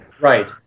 Right